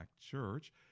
church